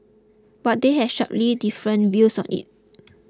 but they have sharply different views on it